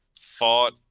fought